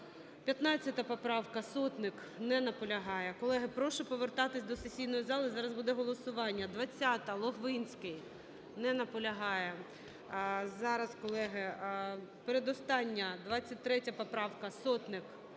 15 поправка, Сотник. Не наполягає. Колеги, прошу повертатися до сесійної зали, зараз буде голосування. 20-а, Логвинський. Не наполягає. Зараз, колеги. Передостання 23 поправка, Сотник.